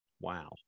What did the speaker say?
Wow